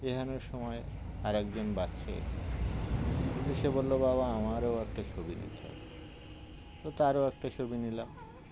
এখানোর সময় আরে একজন বাচ্চাু সে বললো বাবা আমারও একটা ছবি নিতে তো তারও একটা ছবি নিলাম